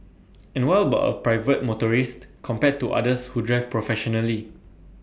and what about private motorist compared to others who drive professionally